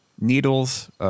needles